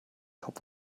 kopf